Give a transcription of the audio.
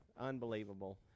unbelievable